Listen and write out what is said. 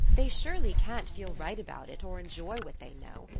they surely can't feel right about it, or enjoy what they know.